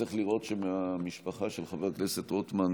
צריך לראות שהמשפחה של חבר הכנסת רוטמן,